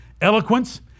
Eloquence